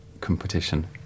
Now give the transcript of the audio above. competition